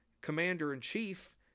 commander-in-chief